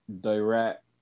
direct